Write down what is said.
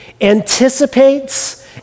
anticipates